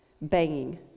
banging